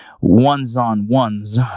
ones-on-ones